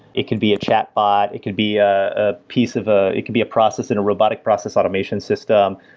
it can be a chatbot, it could be a a piece of a it could be a process in a robotic process automation system,